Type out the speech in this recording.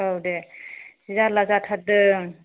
औ दे जारला जाथारदों